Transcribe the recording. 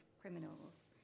criminals